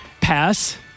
Pass